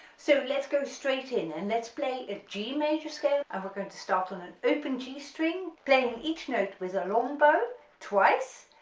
so let's go straight in and let's play a g major so um going to start on an open g string, playing each note with a long bow twice,